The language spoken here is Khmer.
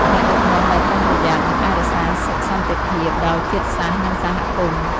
អ្នកដឹកនាំដែលប្រុងប្រយ័ត្ន នឹងអាចរក្សាសុខសន្តិភាពដល់ជាតិសាសន៍ និងសហគមន៍។